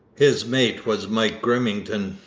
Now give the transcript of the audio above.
his mate was mike grimmington,